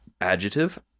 adjective